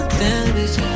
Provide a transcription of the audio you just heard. damage